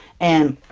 and